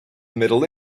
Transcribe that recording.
middle